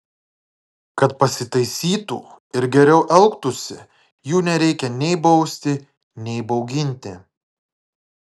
kad pasitaisytų ir geriau elgtųsi jų nereikia nei bausti nei bauginti